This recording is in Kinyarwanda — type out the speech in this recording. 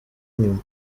inyuma